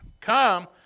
come